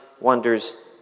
wonders